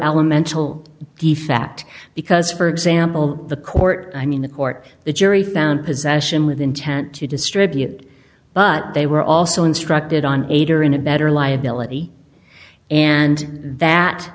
elemental defect because for example the court i mean the court the jury found possession with intent to distribute but they were also instructed on aider and abettor liability and that